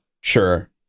Sure